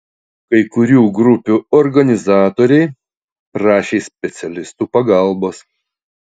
kai kurių grupių organizatoriai prašė specialistų pagalbos